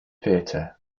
theatre